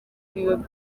biba